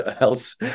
else